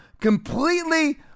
completely